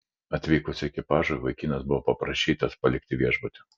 atvykus ekipažui vaikinas buvo paprašytas palikti viešbutį